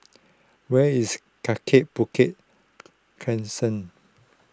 where is Kaki Bukit Crescent